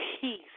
peace